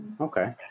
Okay